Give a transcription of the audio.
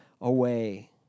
away